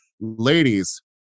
ladies